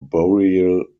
burial